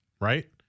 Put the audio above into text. right